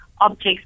objects